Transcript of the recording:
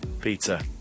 Pizza